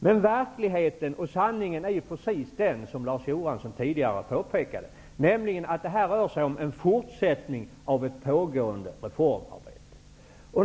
Men verkligheten och sanningen är precis den som Larz Johansson tidigare påpekade, nämligen att detta rör sig om en fortsättning av ett pågående reformarbete.